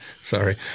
Sorry